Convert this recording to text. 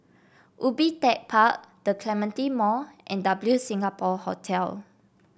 Ubi Tech Park The Clementi Mall and W Singapore Hotel